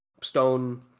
Stone